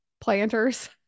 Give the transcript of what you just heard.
planters